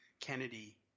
Kennedy